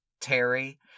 Terry